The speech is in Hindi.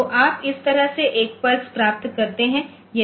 तो आप इस तरह से एक पल्स प्राप्त करते हैं